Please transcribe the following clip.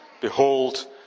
Behold